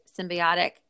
symbiotic